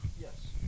Yes